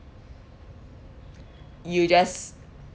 you just